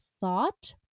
thought